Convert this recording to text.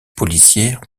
policière